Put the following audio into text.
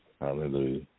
Hallelujah